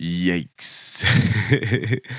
Yikes